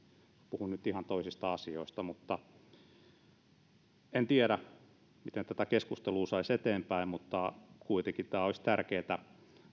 puhun nyt ihan toisista asioista en tiedä miten tätä keskustelua saisi eteenpäin mutta kuitenkin tämä olisi tärkeätä